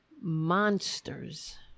monsters